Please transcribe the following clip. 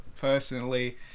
personally